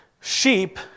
Sheep